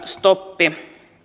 stoppi